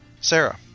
sarah